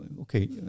okay